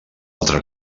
altra